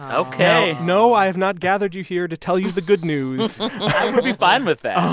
ok no, i have not gathered you here to tell you the good news i would be fine with that